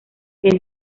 que